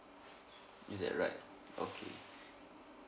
is that right okay